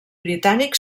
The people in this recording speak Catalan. britànic